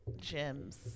gems